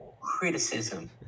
criticism